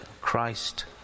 Christ